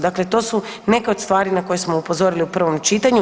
Dakle, to su neke od stvari na koje smo upozorili u prvom čitanju.